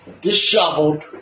disheveled